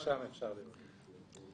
דרך שם אפשר לראות את זה.